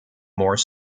more